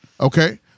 Okay